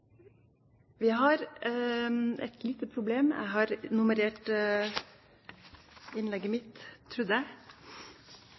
Vi har et lite språksamfunn, og dermed har